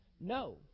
No